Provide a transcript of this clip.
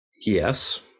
Yes